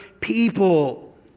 people